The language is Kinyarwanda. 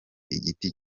igiti